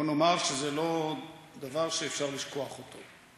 בואו נאמר שזה לא דבר שאפשר לשכוח אותו.